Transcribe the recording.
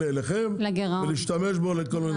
האלה אליכם ולהשתמש בהם לכל מיני דברים.